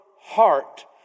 heart